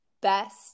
best